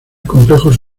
complejos